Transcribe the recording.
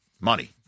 money